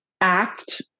act